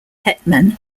hetman